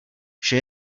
vše